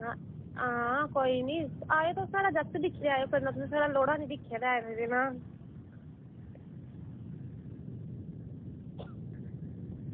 हां कोई निं आएओ तुस साढ़ा जागत दिक्खी लैएओ कन्नै तुसें साढ़ा लोढ़ा निं दिक्खे दा ऐ